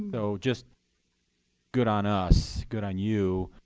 so just good on us, good on you,